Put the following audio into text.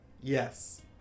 Yes